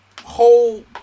whole